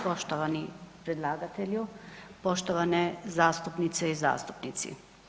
Poštovani predlagatelju, poštovane zastupnice i zastupnici.